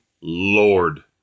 Lord